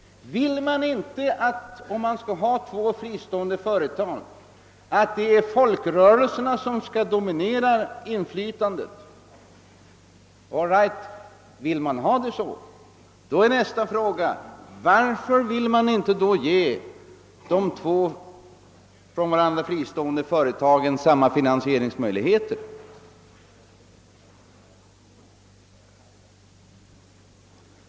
Vill man inte att folkrörelserna, om vi skall ha två fristående företag, skall ha det dominerande inflytandet? Al right, vill man ha det så blir nästa fråga: Varför vill man inte ge de två från varandra fristående företagen samma finansieringsmöjligheter?